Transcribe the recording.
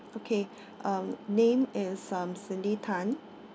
okay um name is uh cindy tan